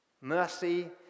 Mercy